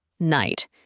Night